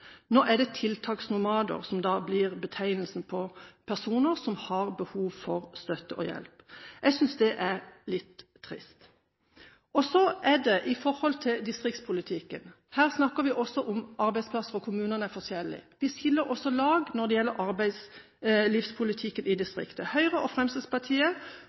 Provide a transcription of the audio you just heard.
Nå er det «tiltaksnomader» som er betegnelsen på personer som har behov for støtte og hjelp. Jeg synes det er litt trist. Så til distriktspolitikken. Her snakker vi om arbeidsplasser der det er store forskjeller mellom kommunene. Man skiller også lag når det gjelder arbeidslivspolitikken i distriktet. Høyre og Fremskrittspartiet